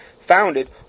founded